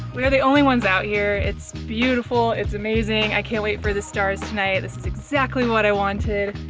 we're the only ones out here. it's beautiful. it's amazing. i can't wait for the stars tonight. this is exactly what i wanted.